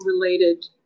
related